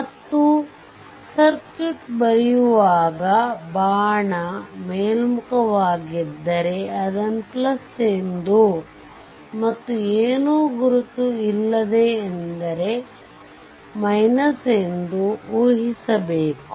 ಮತ್ತು ಸರ್ಕ್ಯೂಟ್ ಬರೆಯುವಾಗ ಬಾಣ ಮೇಲ್ಮುಖವಾಗಿದ್ದಾರೆ ಅದನ್ನು ಎಂದೂ ಮತ್ತು ಏನೂ ಗುರುತು ಇಲ್ಲ ಎಂದರೆ ಎಂದು ಊಹಿಸಬೇಕು